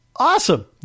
Awesome